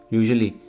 usually